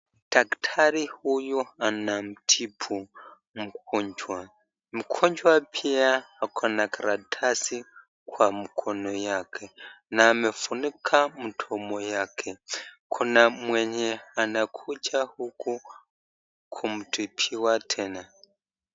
Daktari huyu anamtibu mgonjwa, mgonjwa pia ako na karatasi kwa mkono yake na amefunika mdomo yake, kuna mwenye anakuja huku kumtibiwa tena.